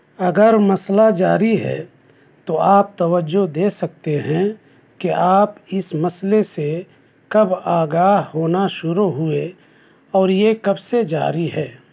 اگر مسئلہ جاری ہے تو آپ توجہ دے سکتے ہیں کہ آپ اس مسئلے سے کب آگاہ ہونا شروع ہوئے اور یہ کب سے جاری ہے